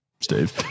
Steve